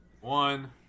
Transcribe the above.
one